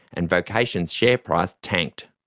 and vocation's share price tanked.